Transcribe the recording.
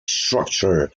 structure